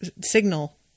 Signal